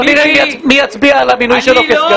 בואו נראה מי יצביע על המינוי שלו כסגן.